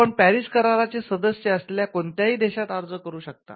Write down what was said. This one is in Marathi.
आपण पॅरिस कराराचे सदस्य असलेल्या कोणत्याही देशात अर्ज करू शकता